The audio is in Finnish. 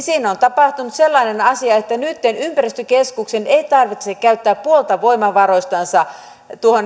siinä on on tapahtunut sellainen asia että nytten ympäristökeskusten ei tarvitse käyttää puolta voimavaroistansa